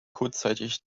kurzzeitig